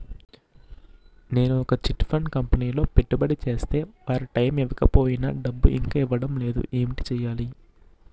నేను ఒక chit fund కంపెనీలో పెట్టుబడి చేస్తే వారు టైమ్ ఇవ్వకపోయినా డబ్బు ఇంకా ఇవ్వడం లేదు ఏంటి చేయాలి?